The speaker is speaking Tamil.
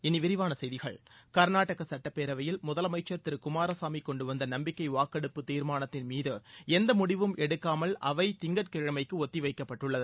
இனி விரிவான செய்திகள் கர்நாடக சட்டப்பேரவையில் முதலமைச்சர் திரு குமாரசாமி கொண்டுவந்த நம்பிக்கை வாக்கெடுப்பு தீர்மானத்தின் மீது எந்த முடிவும் எடுக்காமல் அவை திங்கட்கிழமைக்கு ஒத்திவைக்கப்பட்டுள்ளது